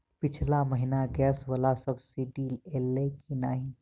पिछला महीना गैस वला सब्सिडी ऐलई की नहि?